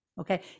okay